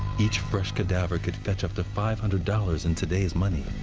each fresh cadaver could fetch up to five hundred dollars in today's money.